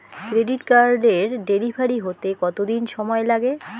Credit কার্ডের delivery হতে কতদিন সময় লাগে?